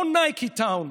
לא נייקי טאון,